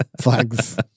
flags